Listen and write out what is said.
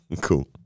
Cool